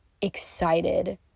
excited